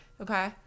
Okay